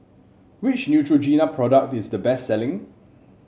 which Neutrogena product is the best selling